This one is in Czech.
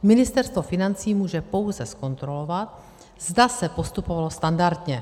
Ministerstvo financí může pouze zkontrolovat, zda se postupovalo standardně.